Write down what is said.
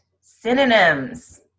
synonyms